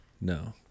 No